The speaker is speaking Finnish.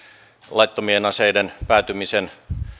laittomien aseiden päätymisen